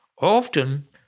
often